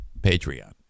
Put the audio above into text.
Patreon